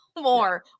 more